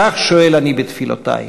כך שואל אני בתפילותי.